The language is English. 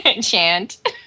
chant